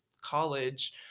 college